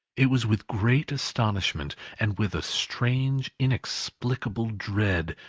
it was with great astonishment, and with a strange, inexplicable dread,